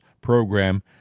program